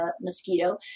mosquito